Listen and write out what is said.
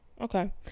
Okay